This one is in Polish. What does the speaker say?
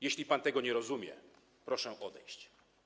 Jeśli pan tego nie rozumie, proszę odejść.